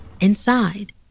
Inside